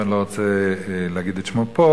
ואני לא רוצה להגיד את שמו פה,